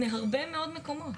אלא מהרבה מקומות.